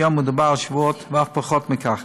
כיום מדובר על שבועות ואף פחות מזה.